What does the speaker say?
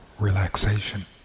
Relaxation